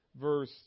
verse